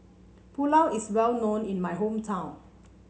Pulao is well known in my hometown